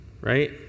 Right